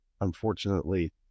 unfortunately